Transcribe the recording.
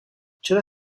چرا